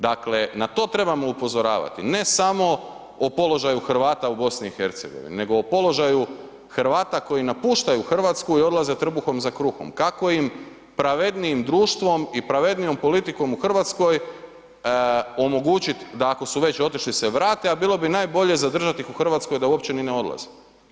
Dakle na to trebamo upozoravati, ne samo o položaju Hrvata u BiH nego o položaju Hrvata koji napuštaju Hrvatsku i odlaze trbuhom za kruhom, kako im pravednijim društvom i pravednijom politikom u Hrvatskoj omogućiti da ako su već otišli se vrate, a bilo bi najbolje zadržati ih u Hrvatskoj da uopće ni ne odlaze.